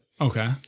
Okay